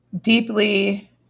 deeply